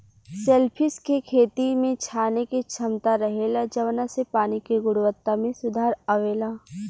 shellfish के खेती में छाने के क्षमता रहेला जवना से पानी के गुणवक्ता में सुधार अवेला